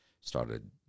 started